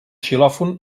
xilòfon